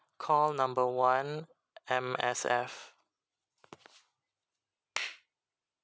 call number one M_S_F